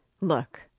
Look